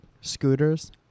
scooters